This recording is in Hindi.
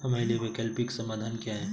हमारे लिए वैकल्पिक समाधान क्या है?